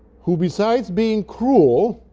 who besides being cruel,